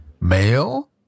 male